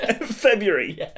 February